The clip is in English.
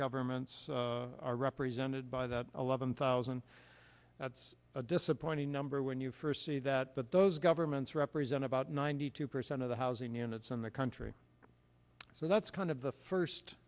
governments are represented by that eleven thousand that's a disappointing number when you first see that but those governments represent about ninety two percent of the housing units in the country so that's kind of the first